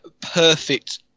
perfect